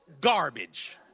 Garbage